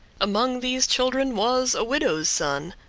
among these children was a widow's son,